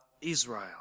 Israel